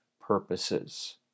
purposes